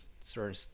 certain